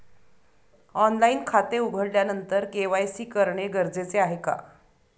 Online खाते उघडल्यानंतर KYC करणे गरजेचे आहे का?